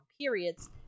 periods